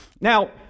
Now